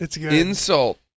insult